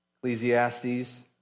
Ecclesiastes